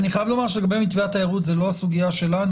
אני חייב לומר שמתווה התיירות זו לא הסוגיה שלנו.